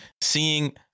seeing